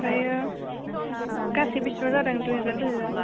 ओमफ्राय गासै बेसेबां जादों दुइ हाजार दुइ हाजार